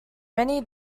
many